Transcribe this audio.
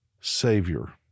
Savior